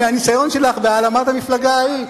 מהניסיון שלך בהעלמת המפלגה ההיא,